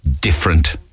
different